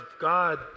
God